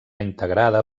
integrada